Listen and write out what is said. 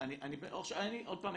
עוד פעם,